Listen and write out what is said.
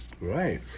Right